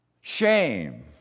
Shame